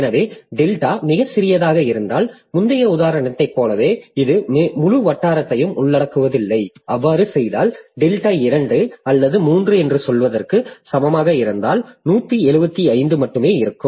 எனவே டெல்டா மிகச் சிறியதாக இருந்தால் முந்தைய உதாரணத்தைப் போலவே இது முழு வட்டாரத்தையும் உள்ளடக்குவதில்லை அவ்வாறு செய்தால் டெல்டா 2 அல்லது 3 என்று சொல்வதற்கு சமமாக இருந்தால் 175 மட்டுமே இருக்கும்